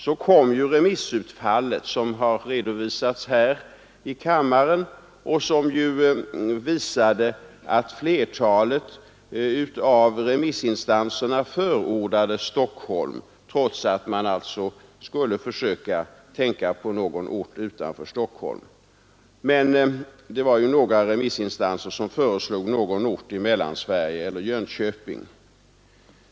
Så kom remissutfallet som har redovisats här i kammaren och som ju visade att flertalet av remissinstanserna förordade Stockholm, trots att man alltså skulle försöka tänka på någon ort utanför Stockholm. Men det var ju några remissinstanser som föreslog någon ort i Mellansverige eller Jönköping.